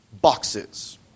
boxes